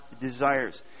desires